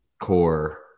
core –